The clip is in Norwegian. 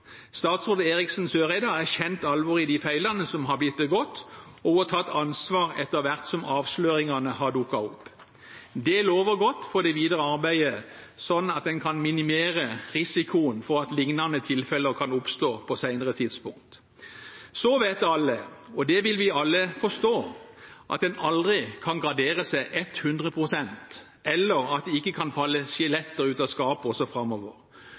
Statsråd Eriksen Søreide har erkjent alvoret i de feilene som har blitt begått, og hun har tatt ansvar etter hvert som avsløringene har dukket opp. Det lover godt for det videre arbeidet slik at en kan minimere risikoen for at liknende tilfeller kan oppstå på et senere tidspunkt. Så vet alle – det vil vi alle forstå – at man aldri kan gardere seg 100 pst. eller at det ikke kan falle skjeletter ut av skapet også framover.